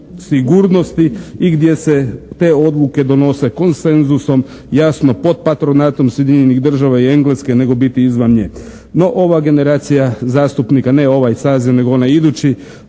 sigurnosti i gdje se te odluke donose konsenzusom jasno pod patronatom Sjedinjenih Država i Engleske nego biti izvan nje. No, ova generacija zastupnika ne ovaj saziv nego onaj idući